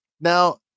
Now